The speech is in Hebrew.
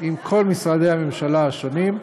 עם כל משרדי הממשלה השונים.